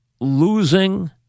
losing